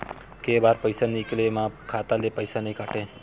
के बार पईसा निकले मा खाता ले पईसा नई काटे?